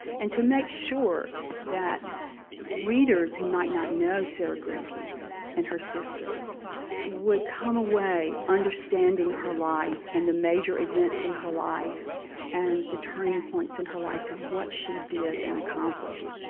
and to make sure that readers who might not know sarah grimke and her sister would come away understanding her life and the major events in her life and the turning points in her life and what she did and accomplished.